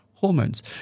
Hormones